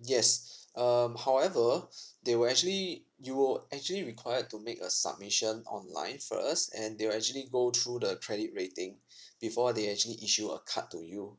yes um however they will actually you will actually required to make a submission online first and they will actually go through the credit rating before they actually issue a card to you